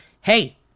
Hey